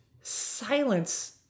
silence